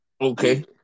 Okay